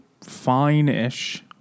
fine-ish